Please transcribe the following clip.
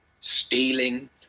stealing